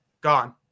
Gone